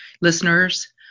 listeners